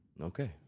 Okay